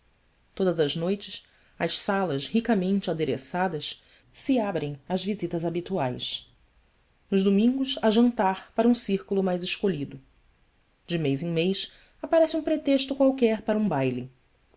todas as noites as salas ricamente adereçadas se abrem às visitas habituais nos domingos há jantar para um círculo mais escolhido de mês em mês aparece um pretexto qualquer para um baile